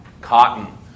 Cotton